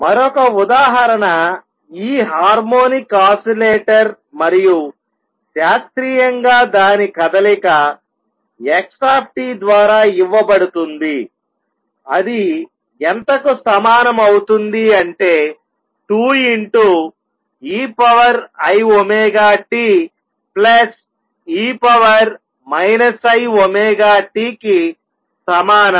మరొక ఉదాహరణ ఈ హార్మోనిక్ ఆసిలేటర్ మరియు శాస్త్రీయంగా దాని కదలిక xద్వారా ఇవ్వబడుతుందిఅది ఎంతకు సమానం అవుతుంది అంటే 2 ei⍵t e i⍵t కి సమానం